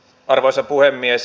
arvoisa puhemies